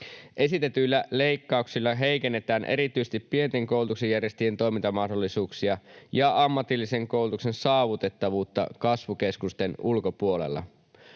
Esitetyillä leikkauksilla heikennetään erityisesti pienten koulutuksen järjestäjien toimintamahdollisuuksia ja ammatillisen koulutuksen saavutettavuutta kasvukeskusten ulkopuolella.